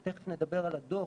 תיכף נדבר על הדוח